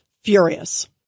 furious